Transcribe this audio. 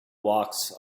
walks